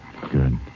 Good